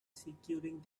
securing